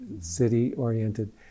city-oriented